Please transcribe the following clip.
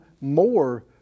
more